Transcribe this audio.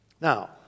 Now